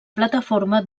plataforma